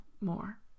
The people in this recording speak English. more